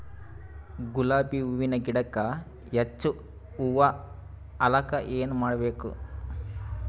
ಗುಲಾಬಿ ಹೂವಿನ ಗಿಡಕ್ಕ ಹೆಚ್ಚ ಹೂವಾ ಆಲಕ ಏನ ಮಾಡಬೇಕು?